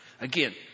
Again